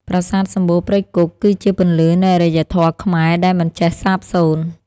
ប្រាសាទសំបូរព្រៃគុក គឺជាពន្លឺនៃអរិយធម៌ខ្មែរដែលមិនចេះសាបសូន្យ។